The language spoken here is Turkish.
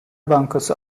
bankası